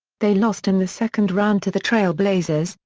they lost in the second round to the trail blazers,